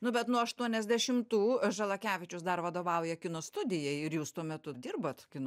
nu bet nuo aštuoniasdešimtų žalakevičius dar vadovauja kino studijai ir jūs tuo metu dirbat kino